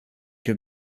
can